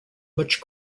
much